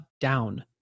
down